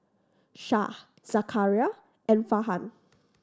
Shah Zakaria and Farhan